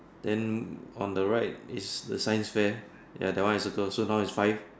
then on the right is the science fair ya that one I circle so now is five